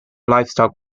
livestock